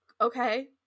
okay